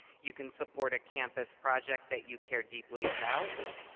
you can support a campus project that you care deeply about.